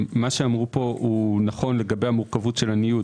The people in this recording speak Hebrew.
מה שאמרו פה הוא נכון לגבי מורכבות הניוד.